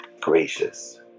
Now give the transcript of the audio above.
gracious